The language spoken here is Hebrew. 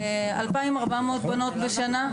2,400 בנות בשנה.